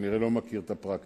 שכנראה לא מכיר את הפרקטיקה,